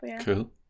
cool